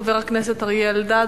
חבר הכנסת אריה אלדד,